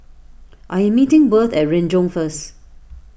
I am meeting Worth at Renjong first